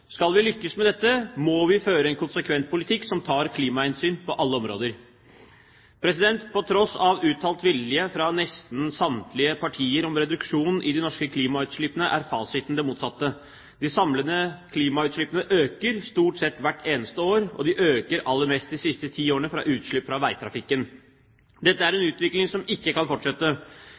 Skal vi lykkes med dette, må vi føre en konsekvent politikk som tar klimahensyn på alle områder. På tross av uttalt vilje fra nesten samtlige partier om reduksjon i de norske klimautslippene, er fasiten det motsatte. De samlede klimautslippene øker stort sett hvert eneste år, og de har økt aller mest de siste ti årene – fra utslipp fra veitrafikken. Dette er en utvikling som ikke kan fortsette.